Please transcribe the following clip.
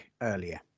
earlier